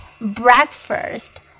breakfast